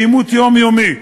בעימות יומיומי,